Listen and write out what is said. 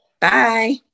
Bye